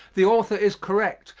the author is correct,